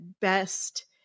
best